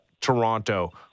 Toronto